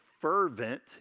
fervent